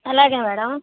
అలాగే మేడం